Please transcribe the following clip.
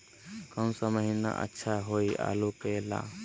कौन सा महीना अच्छा होइ आलू के ला?